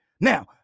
Now